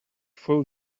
full